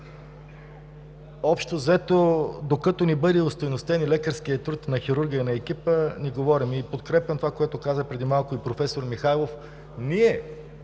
Общо взето, докато не бъде остойностен и лекарският труд, и на хирурга, и на екипа – не говорим. Подкрепям това, което и преди малко каза професор Михайлов.